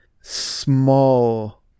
small